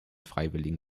freiwilligen